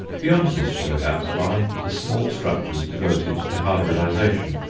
beyond this show-house lie the small structures devoted to hybridization,